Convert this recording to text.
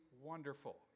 wonderful